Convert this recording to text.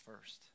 first